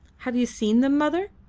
have you seen them, mother?